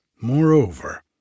Moreover